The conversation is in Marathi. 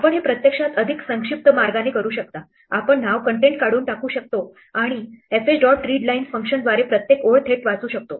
आपण हे प्रत्यक्षात अधिक संक्षिप्त मार्गाने करू शकता आपण नाव कन्टेन्ट काढून टाकू शकता आणि fh dot readlines फंक्शनद्वारे प्रत्येक ओळ थेट वाचू शकता